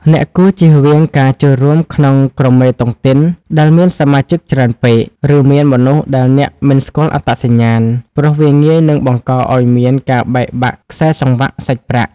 អ្នកគួរជៀសវាងការចូលរួមក្នុងក្រុមតុងទីនដែលមានសមាជិកច្រើនពេក ឬមានមនុស្សដែលអ្នកមិនស្គាល់អត្តសញ្ញាណ ព្រោះវាងាយនឹងបង្កឱ្យមានការបែកបាក់ខ្សែសង្វាក់សាច់ប្រាក់។